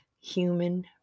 human